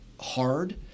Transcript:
hard